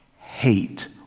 hate